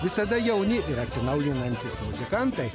visada jauni ir atsinaujinantys muzikantai